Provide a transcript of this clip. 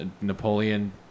Napoleon